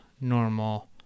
normal